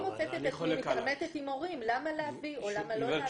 אני מוצאת את עצמי מתעמתת עם הורים למה להביא או למה לא להביא.